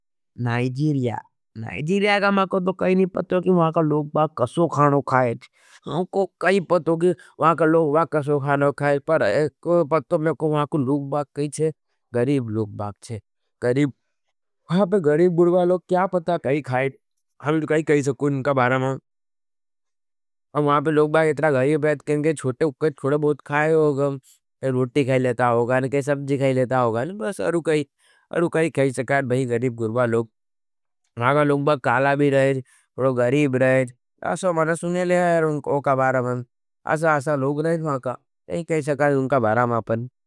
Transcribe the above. Nigeria Nigeria का मैंको तो कही नहीं पतो कि वहाँका लोगबाग कसो खाणो खाईड मैंको कही पतो। कि वहाँका लोगबाग कसो खाणो खाईड पर एक पत तो मैंको वहाँका लोगबाग कही छे गरीब लोगबाग छे गरीब वहाँका गरीब गुर्बाग लोग क्या पता कही खाईड हम तो कही कही सको। उनका बारा मां वहाँका लोगबाग इतना गरीब हज। कि उनके चोटे उपके चोटे बहुत खाईड होगा कि रूटी खाई लेता होगा। कि सबजी खाई लेता होगा। अरु कही अरु कही कही सकाईड भाई गरीब गुर्बा लोग माँगा लोगबाग काला भी रहेज। परोग गरीब रहेज आशो माँगा सुने लेया यार उनका बारा मां आशा आशा लोग रहेज मांका। कही कही सकाईड उनका बारा मां पन।